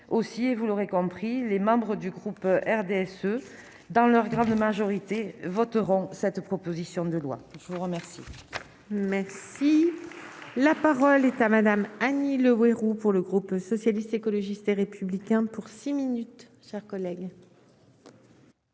aussi, et vous l'aurez compris les membres du groupe RDSE, dans leur grande majorité voteront cette proposition de loi je vous remets. Merci, la parole est à Madame Annie. Le verrou pour le groupe socialiste, écologiste et républicain pour 6 minutes chers collègues.